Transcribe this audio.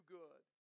good